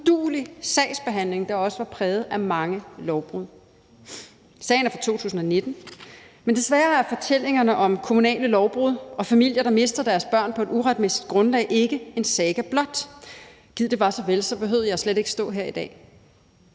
uduelig sagsbehandling, der også var præget af mange lovbrud. Sagen er fra 2019, men desværre er fortællingerne om kommunale lovbrud og familier, der mister deres børn på et uretmæssigt grundlag, ikke en saga blot. Gid det var så vel; så behøvede jeg slet ikke at stå her i dag.